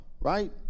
right